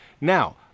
now